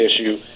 issue